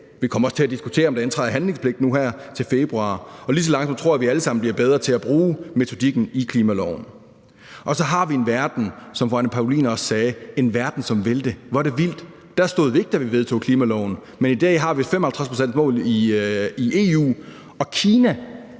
Vi kommer også til at diskutere, om der indtræder handlingspligt nu her til februar, og lige så langsomt tror jeg, vi alle sammen bliver bedre til at bruge metodikken i klimaloven. Og så har vi, som fru Anne Paulin også sagde, en verden, som vil det. Hvor er det vildt! Der stod vi ikke, da vi vedtog klimaloven, men i dag har vi 55-procentsmålet i EU, og et Kina